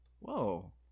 Whoa